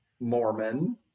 Mormon